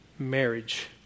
marriage